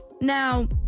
Now